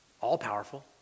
all-powerful